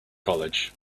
college